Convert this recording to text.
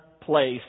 place